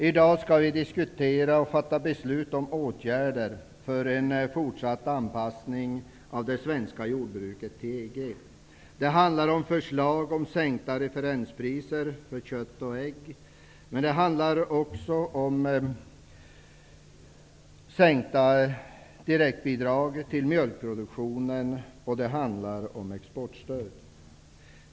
I dag skall vi diskutera och fatta beslut om åtgärder för en fortsatt anpassning av det svenska jordbruket till EG. Det handlar om förslag om sänkta referenspriser för kött och ägg. Det handlar också om sänkta direktbidrag till mjölkproduktionen och om exportstöd.